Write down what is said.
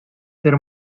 ser